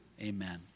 Amen